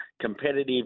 competitive